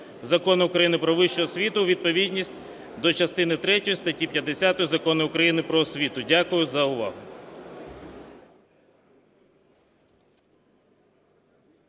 Закону України "Про вищу освіту" у відповідність до частини третьої статті 50 Закону України "Про освіту". Дякую за увагу.